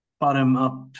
bottom-up